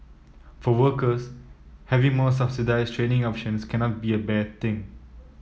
for workers having more subsidised training options cannot be a bad thing